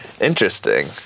Interesting